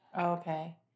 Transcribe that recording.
Okay